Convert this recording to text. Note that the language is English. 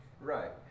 Right